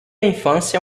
infância